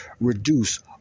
reduce